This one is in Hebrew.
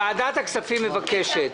ועדת הכספים מבקשת.